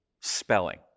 spelling